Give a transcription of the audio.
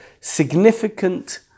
significant